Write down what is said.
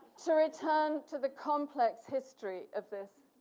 to return to the complex history of this